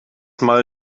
mal